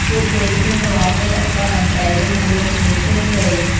ពួកគេច្រៀងរាំ លេងឧបករណ៍តន្ត្រី ឬបង្រៀនជំនាញផ្សេងៗ។